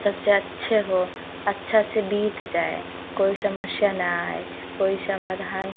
सबसे अच्छे हो अच्छा से बीत जाए कोई समस्या ना आए कोई समाधान